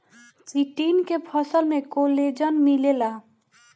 chitin के फसल में कोलेजन मिलेला